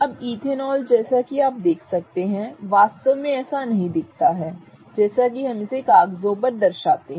अब इथेनॉल जैसा कि आप देख सकते हैं वास्तव में ऐसा नहीं दिखता है जैसा कि हम इसे कागजों पर दर्शाते हैं